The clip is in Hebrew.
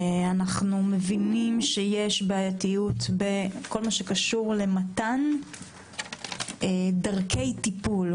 אנחנו מבינים שיש בעייתיות בכל מה שקשור למתן דרכי טיפול,